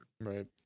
Right